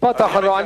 משפט אחרון.